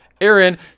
Aaron